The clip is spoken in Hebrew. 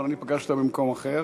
אבל אני פגשתי אותה במקום אחר,